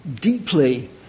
deeply